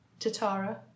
Tatara